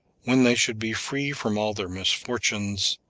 when they should be free from all their misfortunes,